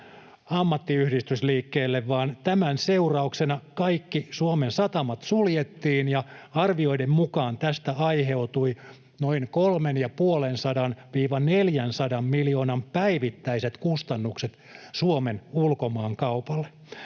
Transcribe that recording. ammattiyhdistysliikkeelle, vaan tämän seurauksena kaikki Suomen satamat suljettiin, ja arvioiden mukaan tästä aiheutui noin 350—400 miljoonan päivittäiset kustannukset Suomen ulkomaankaupalle.